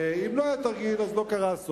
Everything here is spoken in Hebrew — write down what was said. ואם לא היה תרגיל, אז לא קרה אסון.